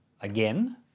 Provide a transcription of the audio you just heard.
again